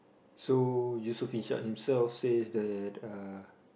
so Yusof-Ishak himself says that uh